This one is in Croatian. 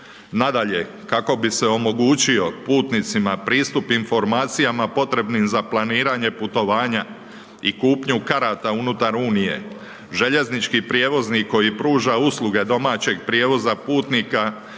Nadalje kako bi se omogućilo putnicima pristup informacijama potrebnim za planiranja putovanja i kupnju karata unutar Unije, željeznički prijevoznik, koji pruža usluge domaćeg prijevoza putnika,